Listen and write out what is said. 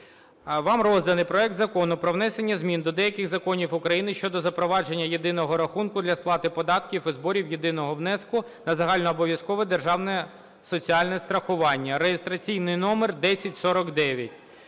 Вам розданий проект Закону про внесення змін до деяких законів України щодо запровадження єдиного рахунку для сплати податків і зборів, єдиного внеску на загальнообов'язкове державне соціальне страхування (реєстраційний номер 1049).